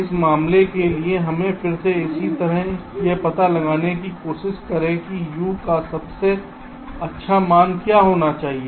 इस मामले के लिए हमें फिर से इसी तरह यह पता लगाने की कोशिश करें कि U का सबसे अच्छा मूल्य क्या होना चाहिए